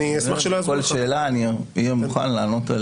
על כל שאלה אני אהיה מוכן לענות.